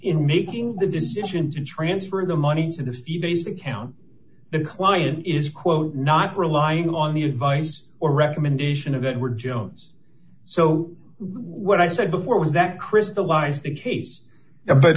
in making the decision to transfer the money to the few days that count the client is quote not relying on the advice or recommendation of it were jones so what i said before was that crystallized the case but